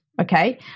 okay